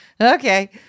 okay